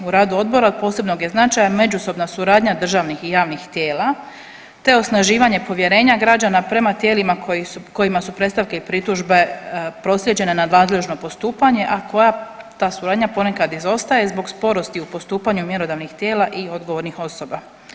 U radu odbora od posebnog je značaja međusobna suradnja državnih i javnih tijela te osnaživanje povjerenja građana prema tijelima kojima su predstavke i pritužbe proslijeđene na nadležno postupanje a koja ta suradnja ponekad izostaje zbog sporosti u postupanju mjerodavnih tijela i odgovornih osoba.